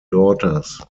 daughters